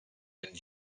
and